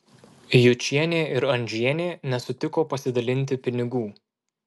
jučienė ir andžienė nesutiko pasidalinti pinigų